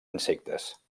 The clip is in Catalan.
insectes